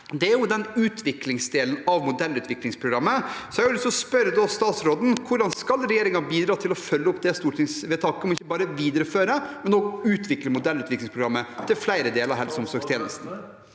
mangler, er utviklingsdelen av modellutviklingsprogrammet. Så jeg har lyst til å spørre statsråden: Hvordan skal regjeringen bidra til å følge opp det stortingsvedtaket, om ikke bare å videreføre, men også utvikle modellutviklingsprogrammet til flere deler av helse- og omsorgstjenesten?